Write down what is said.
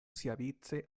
siavice